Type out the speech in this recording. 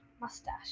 Mustache